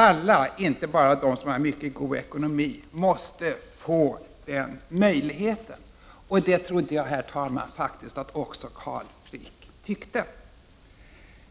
Alla, inte bara de som har mycket god ekonomi, måste få den möjligheten. Det trodde jag faktiskt, herr talman, att också Carl Frick tyckte.